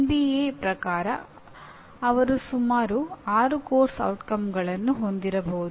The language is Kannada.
ಬಿಎ ಪ್ರಕಾರ ಅವರು ಸುಮಾರು 6 ಪಠ್ಯಕ್ರಮದ ಪರಿಣಾಮಗಳನ್ನು ಹೊಂದಿರಬೇಕು